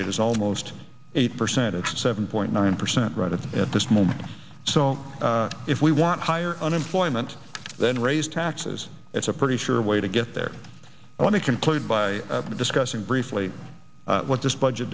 rate is almost eight percent and seven point nine percent right at the at this moment so if we want higher unemployment then raise taxes it's a pretty sure way to get there i want to conclude by discussing briefly what this budget